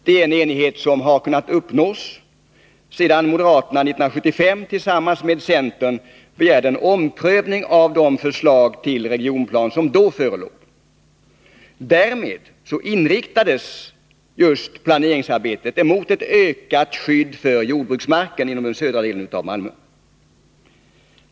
Det är en enighet som har kunnat uppnås sedan moderaterna 1975 tillsammans med centern begärde en omprövning av de förslag till regionplan som då förelåg. Därmed inriktades just planeringsarbetet på ett ökat skydd för jordbruksmarken inom den södra delen av Malmö.